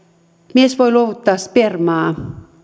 mies voi luovuttaa spermaa